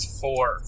four